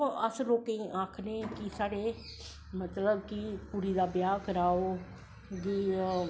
अस लोकें गी आखनें कि साढ़ी मतलव कुड़ी दी ब्याह् बनाओ